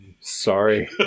sorry